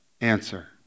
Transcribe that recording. answer